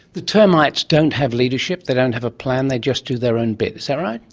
the termites don't have leadership, they don't have a plan, they just do their own bit, is that right?